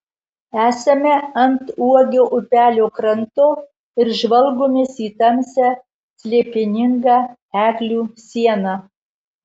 esame ant uogio upelio kranto ir žvalgomės į tamsią slėpiningą eglių sieną